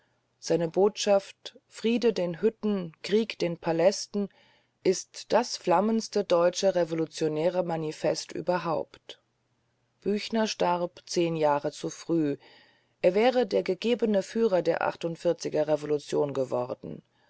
seine botschaft friede den hütten krieg den palästen ist das flammendste deutsche revolutionäre manifest überhaupt büchner starb zehn jahre zu früh er wäre der gegebene führer der achtundvierziger revolution geworden